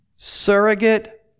surrogate